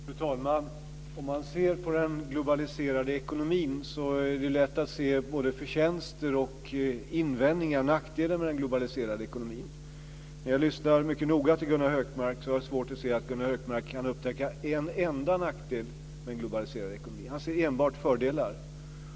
Fru talman! Om man ser på den globaliserade ekonomin så är det lätt att se både förtjänster och nackdelar med den. När jag lyssnar mycket noga till Gunnar Hökmark har jag svårt att se att han kan upptäcka en enda nackdel med en globaliserad ekonomi. Han ser enbart fördelar.